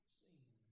seen